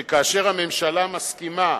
שכאשר הממשלה מסכימה,